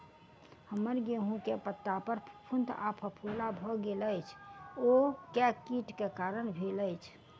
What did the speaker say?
हम्मर गेंहूँ केँ पत्ता पर फफूंद आ फफोला भऽ गेल अछि, ओ केँ कीट केँ कारण भेल अछि?